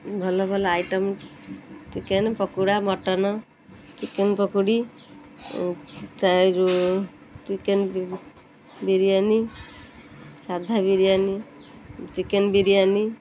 ଭଲ ଭଲ item chicken pakoda mutton chicken pakoda chicken biryani ସାଧା ବିରିୟାନୀ ଚିକେନ୍ ବିରିୟାନୀ